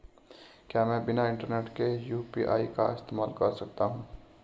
क्या मैं बिना इंटरनेट के यू.पी.आई का इस्तेमाल कर सकता हूं?